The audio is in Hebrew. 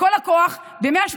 בכל הכוח, ב-180